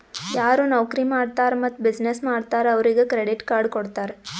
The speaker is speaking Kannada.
ಯಾರು ನೌಕರಿ ಮಾಡ್ತಾರ್ ಮತ್ತ ಬಿಸಿನ್ನೆಸ್ ಮಾಡ್ತಾರ್ ಅವ್ರಿಗ ಕ್ರೆಡಿಟ್ ಕಾರ್ಡ್ ಕೊಡ್ತಾರ್